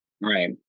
Right